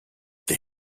they